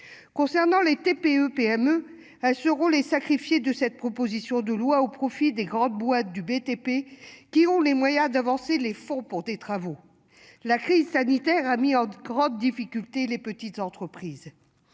Concernant les TPE-PME seront les sacrifiés de cette proposition de loi au profit des grandes boîtes du BTP qui ont les moyens d'avancer les fonds pour des travaux. La crise sanitaire a mis en grande difficulté, les petites entreprises.